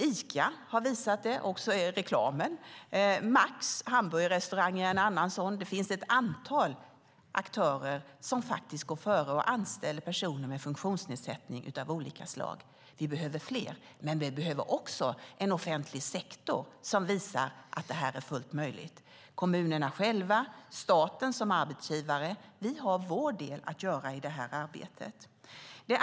Ica har visat det, också i reklamen, och Max hamburgerrestaurang är ett annat exempel. Det finns ett antal aktörer som går före och anställer personer med funktionsnedsättning av olika slag. Vi behöver fler, men vi behöver också en offentlig sektor som visar att det är fullt möjligt. Kommunerna och staten som arbetsgivare har sin del att göra i detta arbete.